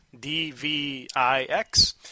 DVIX